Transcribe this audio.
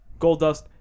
Goldust